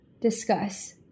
Discuss